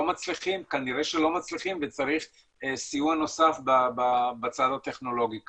כנראה שלא מצליחים וצריך סיוע נוסף בצד הטכנולוגי כנראה.